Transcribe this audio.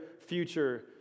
future